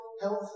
health